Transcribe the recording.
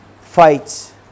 fights